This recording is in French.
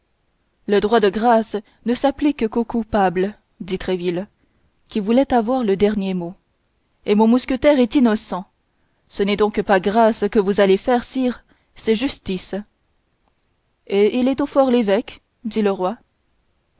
le droit de grâce ne s'applique qu'aux coupables dit tréville qui voulait avoir le dernier mot et mon mousquetaire est innocent ce n'est donc pas grâce que vous allez faire sire c'est justice et il est au for lévêque dit le roi